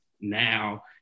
now